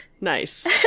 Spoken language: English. Nice